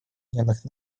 объединенных